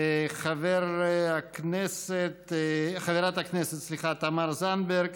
חברת הכנסת תמר זנדברג,